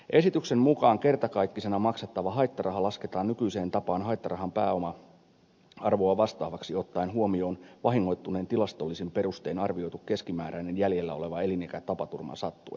esityksen mukaan kertakaikkisena maksettava haittaraha lasketaan nykyiseen tapaan haittarahan pääoma arvoa vastaavaksi ottaen huomioon vahingoittuneen tilastollisin perustein arvioitu keskimääräinen jäljellä oleva elinikä tapaturman sattuessa